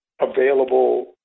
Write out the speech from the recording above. available